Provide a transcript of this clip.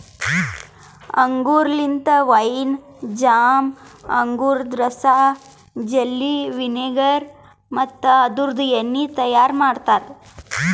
ಅಂಗೂರ್ ಲಿಂತ wine, jam, ಅಂಗೂರದ ರಸ, ಜೆಲ್ಲಿ, ವಿನೆಗರ್ ಮತ್ತ ಅದುರ್ದು ಎಣ್ಣಿ ತೈಯಾರ್ ಮಾಡ್ತಾರ